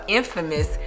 infamous